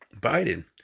Biden